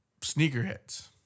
sneakerheads